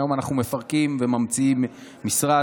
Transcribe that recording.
היום אנחנו מפרקים וממציאים משרד.